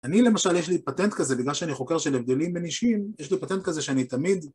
אני למשל, יש לי פטנט כזה, בגלל שאני חוקר של הבדלים בין אישים, יש לי פטנט כזה שאני תמיד...